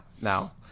now